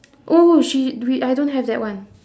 oh she w~ I don't have that one